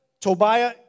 Tobiah